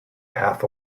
half